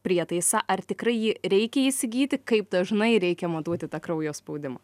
prietaisą ar tikrai jį reikia įsigyti kaip dažnai reikia matuoti tą kraujo spaudimą